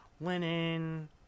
linen